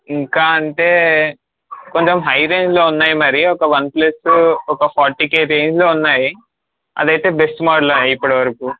ఇంకా అంటే కొంచెం హై రేంజ్లో ఉన్నాయి మరి ఒక వన్ప్లస్ ఒక ఫార్టీ కే రేంజ్లో ఉన్నాయి అది అయితే బెస్ట్ మోడల్ ఆయే ఇప్పటికి వరకు